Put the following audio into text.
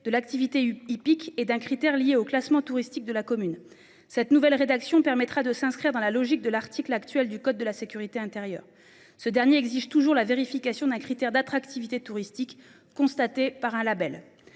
de l'activité hippique et d'un critère lié au classement touristique de la commune. Cette nouvelle rédaction permettra de s'inscrire dans la logique de l'article actuel du code de la sécurité intérieure, ce dernier exige toujours la vérification d'un critère d'attractivité touristique constaté par un Label